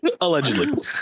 allegedly